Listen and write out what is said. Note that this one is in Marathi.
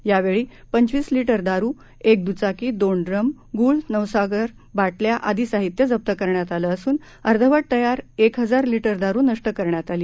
यावेळी पंचवीस लिटर दारु एक द्चाकी दोन डूम गुळ नवसागर बाटल्या आदी साहित्य जप्त करण्यात आलं असून अर्धवट तयार एक हजार लिटर दारु नष्ट करण्यात आली